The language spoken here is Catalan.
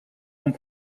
com